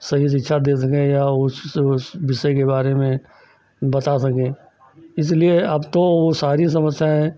सही शिक्षा दे सकें या उसी विषय के बारे में बता सकें इसलिए अब तो वह सारी समस्याएँ